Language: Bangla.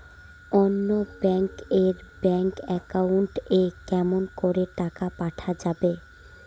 অন্য ব্যাংক এর ব্যাংক একাউন্ট এ কেমন করে টাকা পাঠা যাবে?